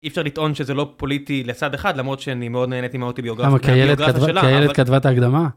אי אפשר לטעון שזה לא פוליטי לצד אחד למרות שאני מאוד נהנית מהאוטוביוגרפיה שלה. למה כי איילת כתבתה את הקדמה?